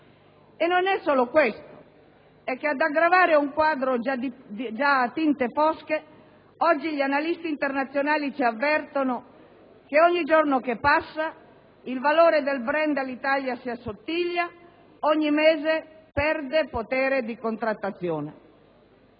Non solo, ad aggravare un quadro già a tinte fosche, oggi gli analisti internazionali ci avvertono che ogni giorno che passa il valore del *brand* Alitalia si assottiglia, ogni mese perde potere di contrattazione.